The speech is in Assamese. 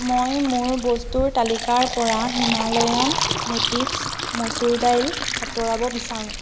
মই মোৰ বস্তুৰ তালিকাৰ পৰা হিমালয়ান নেটিভ্ছ মচুৰ দাইল আঁতৰাব বিচাৰোঁ